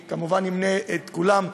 כמובן אמנה את כולם,